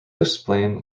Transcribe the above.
explain